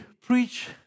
preach